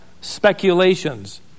speculations